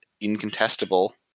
incontestable